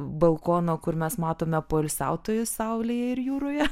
balkono kur mes matome poilsiautojus saulėje ir jūroje